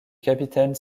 capitaine